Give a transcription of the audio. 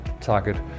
target